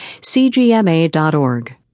CGMA.org